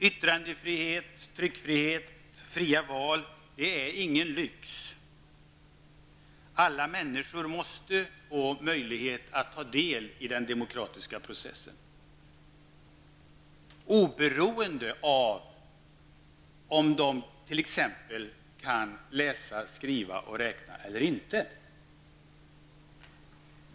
Yttrandefrihet, tryckfrihet och fria val är ingen lyx. Alla människor måste få möjlighet att ta del i den demokratiska processen, oberoende av om de t.ex. kan läsa, skriva, räkna eller inte.